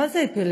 מה זה אפילפסיה?